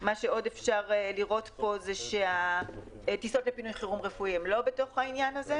אפשר עוד לראות שטיסות לפינוי חירום רפואי לא בתוך העניין הזה.